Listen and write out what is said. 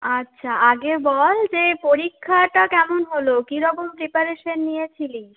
আচ্ছা আগে বল যে পরীক্ষাটা কেমন হলো কীরকম প্রিপারেশন নিয়েছিলিস